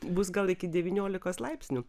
bus gal iki devyniolikos laipsnių